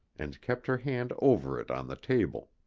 and kept her hand over it on the table.